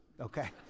okay